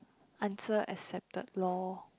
answer accepted lor